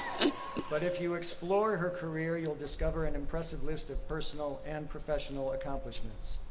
but if you explore her career you'll discover an impressive list of personal and professional accomplishments.